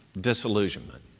disillusionment